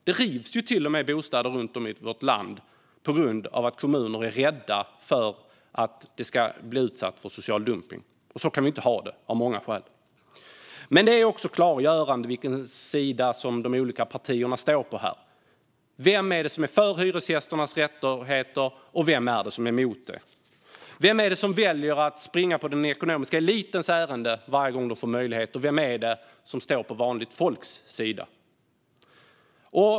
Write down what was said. Det rivs till och med bostäder runt om i vårt land på grund av att kommuner är rädda för att bli utsatta för social dumpning. Så kan vi inte ha det, av många skäl. Det har också klargjorts vilken sida de olika partierna står på. Vem är för hyresgästernas rättigheter, och vem är emot dem? Vem väljer att springa den ekonomiska elitens ärenden varje gång de får möjlighet, och vem står på vanligt folks sida?